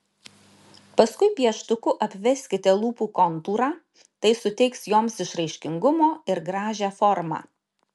paskui pieštuku apveskite lūpų kontūrą tai suteiks joms išraiškingumo ir gražią formą